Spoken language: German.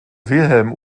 wilhelm